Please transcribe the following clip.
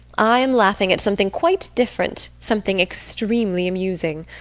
i am laughing at something quite different, something extremely amusing.